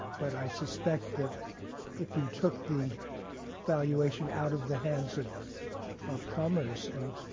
but i suspect that if you took the valuation out of the hands of of commerce and